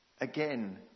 Again